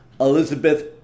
Elizabeth